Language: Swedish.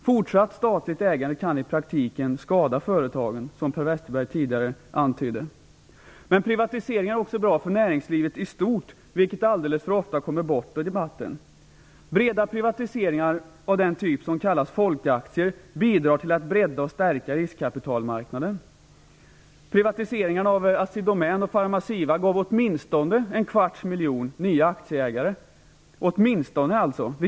Fortsatt statligt ägande kan i praktiken skada företagen, vilket Per Westerberg tidigare antydde. Men privatiseringar är också bra för näringslivet i stort, något som alldeles för ofta kommer bort i debatten. Breda privatiseringar av den typ som kallas folkaktier bidrar till att bredda och stärka riskkapitalmarknaden. Privatiseringarna av Assidomän och Pharmacia gav åtminstone en kvarts miljon nya aktieägare - åtminstone alltså.